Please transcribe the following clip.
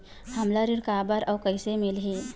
हमला ऋण काबर अउ कइसे मिलही?